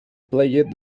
played